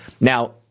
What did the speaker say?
Now